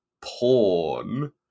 PORN